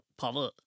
power